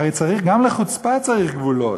הרי גם לחוצפה צריך גבולות.